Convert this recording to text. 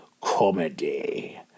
comedy